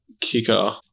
kicker